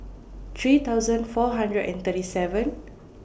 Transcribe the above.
three thousand four hundred and thirty seven